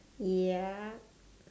ya